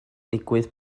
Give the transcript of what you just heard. digwydd